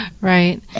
Right